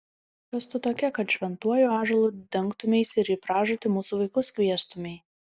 kas tu tokia kad šventuoju ąžuolu dengtumeisi ir į pražūtį mūsų vaikus kviestumei